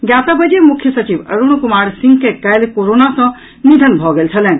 ज्ञातब्य अछि जे मुख्य सचिव अरूण कुमार सिंह के काल्हि कोरोना सँ निधन भऽ गेल छलनि